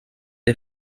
der